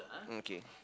uh okay